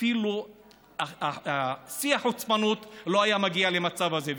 אפילו שיא החוצפנות לא היה מגיע למצב הזה.